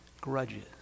grudges